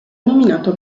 nominato